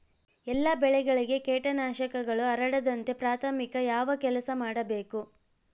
ಎಲ್ಲ ಬೆಳೆಗಳಿಗೆ ಕೇಟನಾಶಕಗಳು ಹರಡದಂತೆ ಪ್ರಾಥಮಿಕ ಯಾವ ಕೆಲಸ ಮಾಡಬೇಕು?